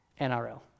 NRL